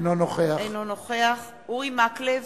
אינו נוכח אורי מקלב,